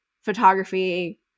photography